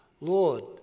Lord